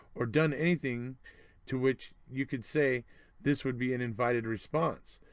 or done anything to which you could say this would be an invited response.